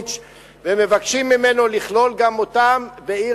אהרונוביץ ומבקשות ממנו לכלול גם אותן ב"עיר